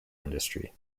industry